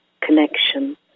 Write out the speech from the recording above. connection